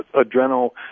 adrenal